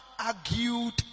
argued